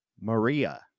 Maria